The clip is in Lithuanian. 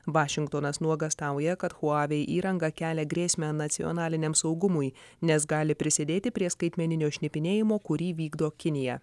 vašingtonas nuogąstauja kad huawei įranga kelia grėsmę nacionaliniam saugumui nes gali prisidėti prie skaitmeninio šnipinėjimo kurį vykdo kinija